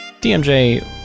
DMJ